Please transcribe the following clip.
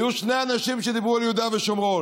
היו שני אנשים שדיברו על יהודה ושומרון.